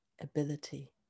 ability